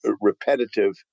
repetitive